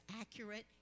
accurate